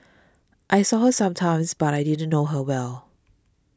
I saw her sometimes but I didn't know her well